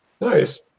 Nice